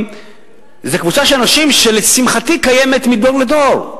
היא קבוצה של אנשים שלשמחתי קיימת מדור לדור.